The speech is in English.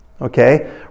okay